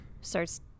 starts